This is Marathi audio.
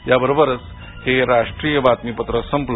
या बरोबरच हे राष्ट्रीय बातमीपत्र संपलं